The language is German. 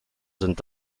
sind